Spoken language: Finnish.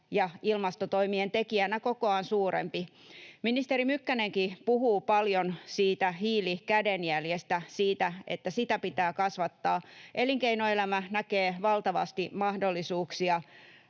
ja ilmastotoimien tekijänä kokoaan suurempi. Ministeri Mykkänenkin puhuu paljon siitä hiilikädenjäljestä, siitä, että sitä pitää kasvattaa. Elinkeinoelämä näkee valtavasti mahdollisuuksia